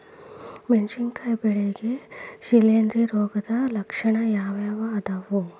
ಮೆಣಸಿನಕಾಯಿ ಬೆಳ್ಯಾಗ್ ಶಿಲೇಂಧ್ರ ರೋಗದ ಲಕ್ಷಣ ಯಾವ್ಯಾವ್ ಅದಾವ್?